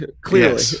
Clearly